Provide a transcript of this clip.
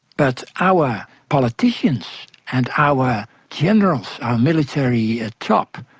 but our politicians and our generals, our military top,